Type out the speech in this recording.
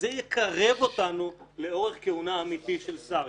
זה יקרב אותנו לאורך כהונה אמיתי של שר,